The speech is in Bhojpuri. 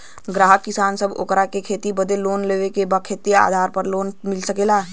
ग्राहक किसान बा ओकरा के खेती बदे लोन लेवे के बा खेत के आधार पर लोन मिल सके ला?